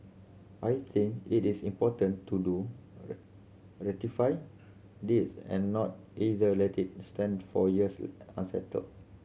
I think it is important to do ratify this and not either let it stand for years unsettled